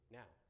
now